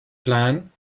plan